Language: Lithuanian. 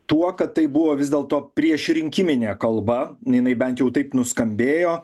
tuo kad tai buvo vis dėlto priešrinkiminė kalba jinai bent jau taip nuskambėjo